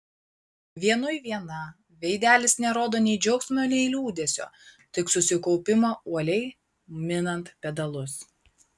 vienui viena veidelis nerodo nei džiaugsmo nei liūdesio tik susikaupimą uoliai minant pedalus